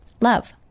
Love